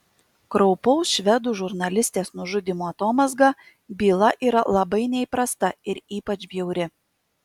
kraupaus švedų žurnalistės nužudymo atomazga byla yra labai neįprasta ir ypač bjauri